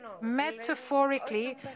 metaphorically